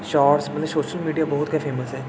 shorts मतलब social media बहुत गै फेमस ऐ